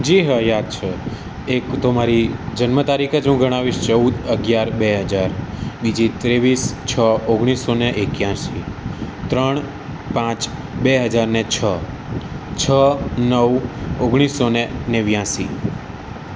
જી હા યાદ છે એક તો મારી જન્મતારીખ જ હું ગણાવીશ ચૌદ અગિયાર બે હજાર બીજી ત્રેવીસ છ ઓગણીસો ને એક્યાશી ત્રણ પાંચ બે હજાર ને છ છ નવ ઓગણીસો ને નેવ્યાસી